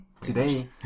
today